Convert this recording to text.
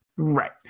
Right